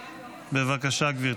בבקשה, גברתי.